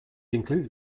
included